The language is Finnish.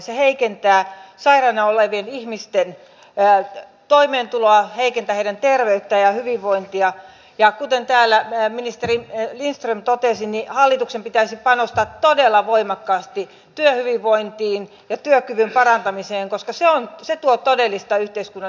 se heikentää sairaana olevien ihmisten toimeentuloa heikentää heidän terveyttään ja hyvinvointiaan ja kuten täällä ministeri lindström totesi niin hallituksen pitäisi panostaa todella voimakkaasti työhyvinvointiin ja työkyvyn parantamiseen koska se tuo todellista yhteiskunnallista säästöä